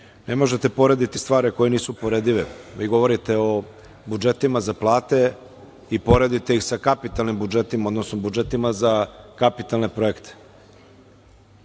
Ne možete porediti stvari koje nisu uporedive. Vi govorite o budžetima za plate i poredite ih sa kapitalnim budžetima, odnosno budžetima za kapitalne projekte. Kapitalni